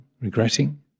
regretting